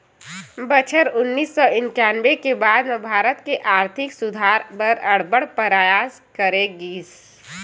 बछर उन्नीस सौ इंकानबे के बाद म भारत के आरथिक सुधार बर अब्बड़ परयास करे गिस